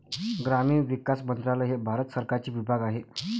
ग्रामीण विकास मंत्रालय हे भारत सरकारचे विभाग आहे